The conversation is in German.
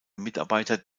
mitarbeiter